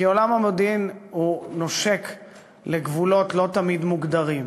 כי עולם המודיעין נושק לגבולות לא תמיד מוגדרים.